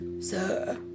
sir